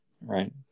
right